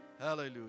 Hallelujah